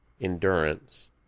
endurance